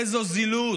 איזו זילות,